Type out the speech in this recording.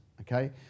okay